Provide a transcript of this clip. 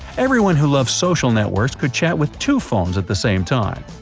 everyone who loves social networks could chat with two phones at the same time!